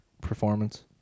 performance